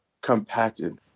compacted